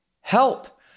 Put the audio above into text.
Help